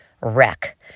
wreck